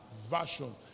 version